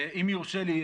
אם יורשה לי,